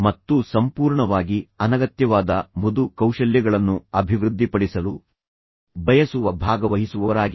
ಮತ್ತು ಸಂಪೂರ್ಣವಾಗಿ ಅನಗತ್ಯವಾದ ಮೃದು ಕೌಶಲ್ಯಗಳನ್ನು ಅಭಿವೃದ್ಧಿಪಡಿಸಲು ಬಯಸುವ ಭಾಗವಹಿಸುವವರಾಗಿ